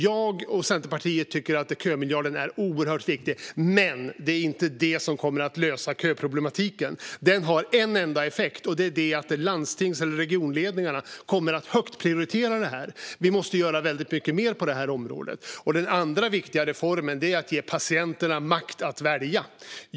Jag och Centerpartiet tycker att kömiljarden är oerhört viktig. Men det är inte den som kommer att lösa köproblematiken. Den har en enda effekt. Det är att landstings eller regionledningarna kommer att prioritera den högt. Vi måste göra väldigt mycket mer på området. Den andra viktiga reformen är att ge patienterna makt att välja.